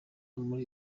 muri